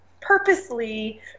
purposely